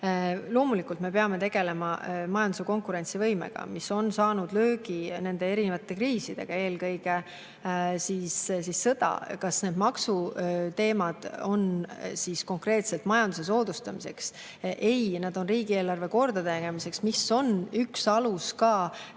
loomulikult me peame tegelema majanduse konkurentsivõimega, mis on saanud löögi erinevate kriiside, eelkõige sõja tõttu. Kas need maksuteemad on konkreetselt majanduse soodustamiseks? Ei, need on riigieelarve kordategemiseks, mis on toimiva